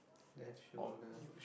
left shoulder